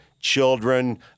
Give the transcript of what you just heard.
children